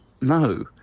no